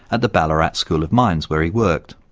at the ballarat school of mines where he worked.